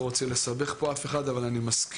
לא רוצה לסבך פה אף אחד, אבל אני מזכיר